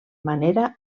manera